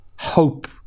hope